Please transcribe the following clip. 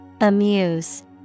Amuse